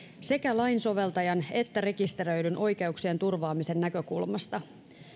sekä lainsoveltajan että rekisteröidyn oikeuksien turvaamisen näkökulmasta